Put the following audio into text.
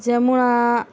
Jamuna